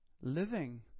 Living